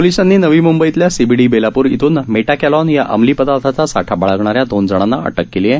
पोलिसांनी नवी मंबईतल्या सीबीडी बेलापूर इथून मेटाकॅलोन या अमली पदार्थाचा साठा बाळगणाऱ्या दोन जणांना अटक केली आहे